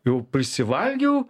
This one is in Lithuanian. jau prisivalgiau